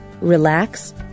relax